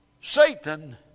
Satan